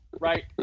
Right